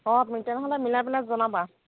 অঁ তেনেহ'লে মিলাই পেলাই জনাবা